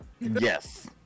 Yes